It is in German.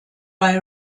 bei